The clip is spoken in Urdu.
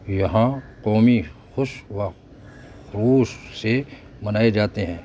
یہاں قومی خوش و خروش سے منائے جاتے ہیں